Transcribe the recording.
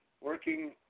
working